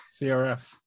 CRFs